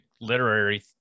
literary